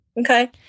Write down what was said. Okay